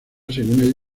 según